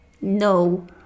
No